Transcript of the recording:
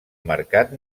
mercat